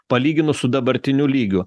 palyginus su dabartiniu lygiu